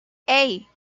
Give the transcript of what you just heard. hey